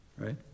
right